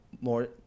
more